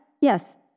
yes